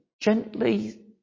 gently